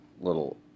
little